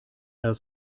das